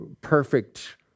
perfect